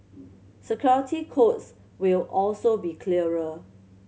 security codes will also be clearer